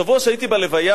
השבוע, כשהייתי בלוויה